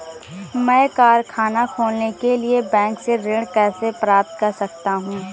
मैं कारखाना खोलने के लिए बैंक से ऋण कैसे प्राप्त कर सकता हूँ?